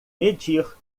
medir